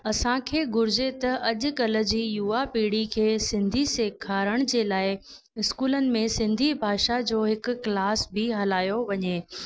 असांखे घुरिजे त अॼुकल्ह जी युवा पीढ़ी खे सिंधी सेखारण जे लाइ स्कूलनि में सिंधी भाषा जो हिकु क्लास बि हलायो वञे